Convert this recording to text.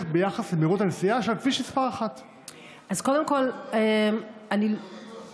ביחס למהירות הנסיעה שבכביש מס' 1. אז קודם כול אני זוכרת